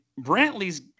Brantley's